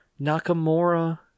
Nakamura